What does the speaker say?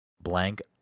Blank